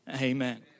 Amen